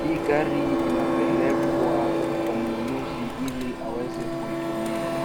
Hii gari inapelekwa kwa mnunuzi ili aweze kuitumia.